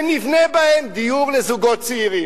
ונבנה בהם דיור לזוגות צעירים,